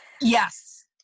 Yes